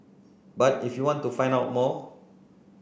but if you want to find out more